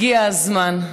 הגיע הזמן,